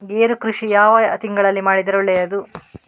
ಗೇರು ಕೃಷಿ ಯಾವ ತಿಂಗಳಲ್ಲಿ ಮಾಡಿದರೆ ಒಳ್ಳೆಯದು?